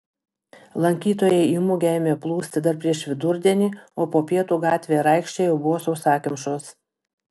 lankytojai į mugę ėmė plūsti dar prieš vidurdienį o po pietų gatvė ir aikštė jau buvo sausakimšos